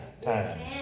times